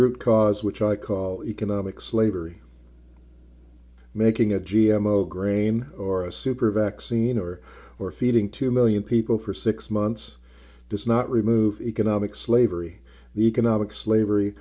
root cause which i call economic slavery making a g m o graeme or a super vaccine or or feeding two million people for six months does not remove economic slavery the economic slavery